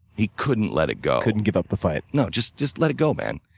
he couldn't let it go. couldn't give up the fight. no. just just let it go, man.